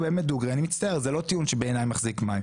בעיניי זה לא טיעון שמחזיק מים.